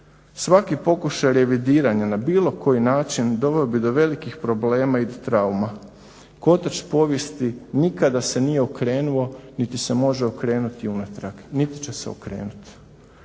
Svaki pokušaj revidiranja na bilo koji način doveo bi do velikih problema i do trauma. Kotač povijesti nikada se nije okrenuo niti se može okrenuti unatrag niti će se okrenuti.